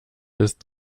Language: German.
ist